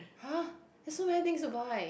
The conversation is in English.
!huh! there are so many things to buy